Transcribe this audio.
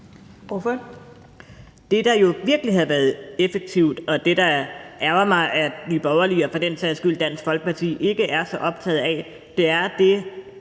(RV): Det, der jo virkelig havde været effektivt, og som det ærgrer mig at Nye Borgerlige og for den sags skyld Dansk Folkeparti ikke er så optagede af, er det